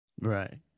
Right